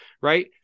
right